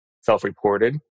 self-reported